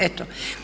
Eto.